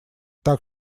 так